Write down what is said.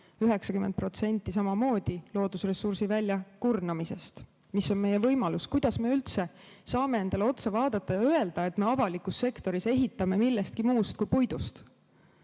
samamoodi loodusressursi väljakurnamisest. Mis on meie võimalus? Kuidas me üldse saame endale otsa vaadata ja öelda, et me avalikus sektoris ehitame millestki muust kui puidust?